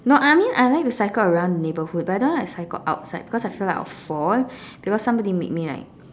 no I mean I like to cycle around the neighbourhood but I don't like to cycle outside because I feel like I would fall because somebody made me like